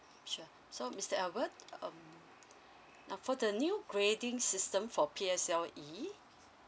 sure so mister albert um uh for the new grading system for P_S_L_E